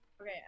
Okay